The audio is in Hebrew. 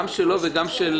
דקה אחת